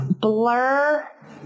blur